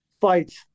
fights